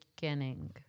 beginning